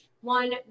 one